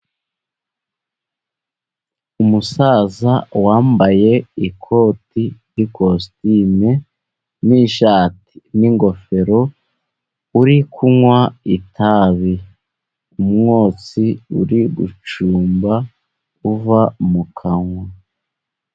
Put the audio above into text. Umusaza wambaye ikoti ry'ikositimu n'ishati n'ingofero uri kunywa itabi, umwotsi uri gucumba uva mu kanwa.